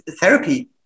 therapy